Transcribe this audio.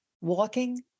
walking